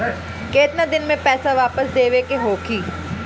केतना दिन में पैसा वापस देवे के होखी?